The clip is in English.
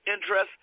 interest